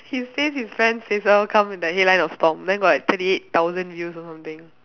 his face his friends' face all come in the headline of stomp then got like thirty eight thousand views or something